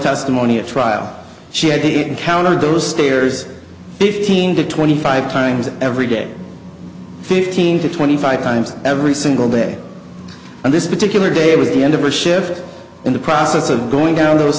testimony at trial she had been counted those stairs fifteen to twenty five times every day fifteen to twenty five times every single day and this particular day was the end of a shift in the process of going down those